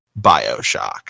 Bioshock